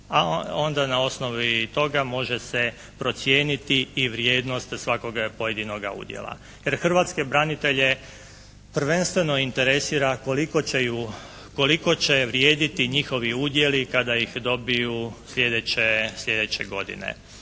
onda na osnovi toga može se procijeniti i vrijednost svakog pojedinoga udjela, jer hrvatske branitelje prvenstveno interesira koliko će vrijediti njihovi udjeli kada ih dobiju sljedeće godine.